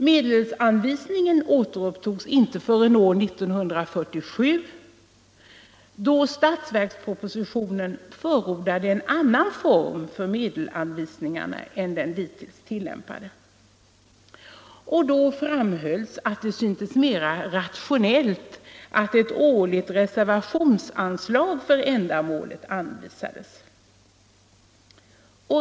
Medelsanvisningen återupptogs inte förrän år 1947, då statsverkspropositionen förordade en annan form än den dittills tillämpade. Då framhölls att det syntes mera rationellt att ett årligt reservationsanslag för ändamålet anvisades.